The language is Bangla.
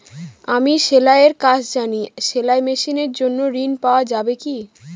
আমি সেলাই এর কাজ জানি সেলাই মেশিনের জন্য ঋণ পাওয়া যাবে কি?